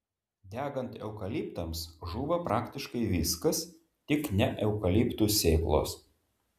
degant eukaliptams žūva praktiškai viskas tik ne eukaliptų sėklos